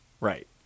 Right